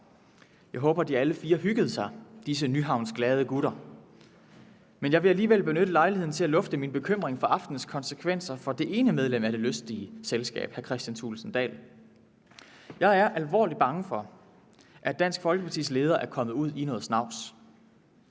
Jeg håber, de alle fire hyggede sig, disse Nyhavns glade gutter, men jeg vil alligevel benytte lejligheden til at lufte min bekymring for aftenens konsekvenser for det ene medlem af det lystige selskab, hr. Kristian Thulesen Dahl. Jeg er alvorligt bange for, at Dansk Folkepartis leder er kommet ud i noget snavs.